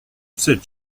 cette